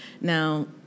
Now